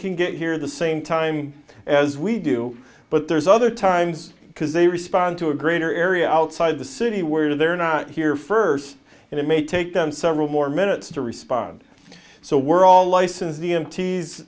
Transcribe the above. can get here the same time as we do but there's other times because they respond to a greater area outside the city where they're not here first and it may take them several more minutes to respond so we're all license